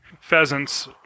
pheasants